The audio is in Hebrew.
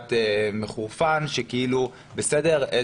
קצת מצורפן שכאילו בסדר,